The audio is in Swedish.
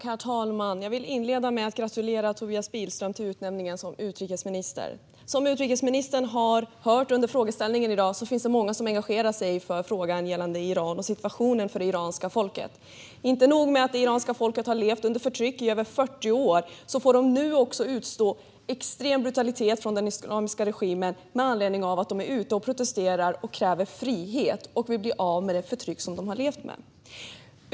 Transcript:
Herr talman! Jag vill inleda med att gratulera Tobias Billström till utnämningen till utrikesminister. Som utrikesministern har hört under dagens frågestund finns det många som engagerar sig i frågan gällande Iran och situationen för det iranska folket. Inte nog med att det iranska folket har levt under förtryck i över 40 år - nu får de också utstå en extrem brutalitet från den islamiska regimen med anledning av att de är ute och protesterar och kräver frihet och vill bli av med det förtryck som de levt under.